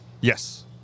Yes